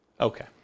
Okay